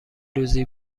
روزی